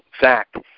fact